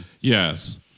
Yes